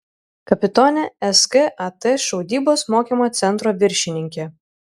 kapitonė skat šaudybos mokymo centro viršininkė